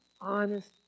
Honest